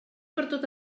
pertot